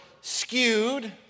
skewed